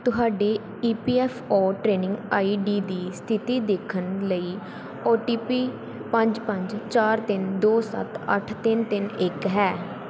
ਤੁਹਾਡੇ E P F O training I D ਦੀ ਸਥਿੱਤੀ ਦੇਖਣ ਲਈ ਓ ਟੀ ਪੀ ਪੰਜ ਪੰਜ ਚਾਰ ਤਿੰਨ ਦੋ ਸੱਤ ਅੱਠ ਤਿੰਨ ਤਿੰਨ ਇੱਕ ਹੈ